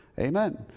Amen